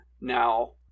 Now